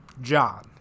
john